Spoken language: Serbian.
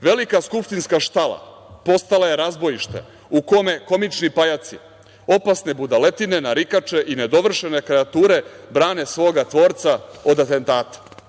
velika skupštinska štala postala je razbojište u kome komični pajaci, opasne budaletine, narikače i nedovršene kreature brane svoga tvorca od atentata. Dakle,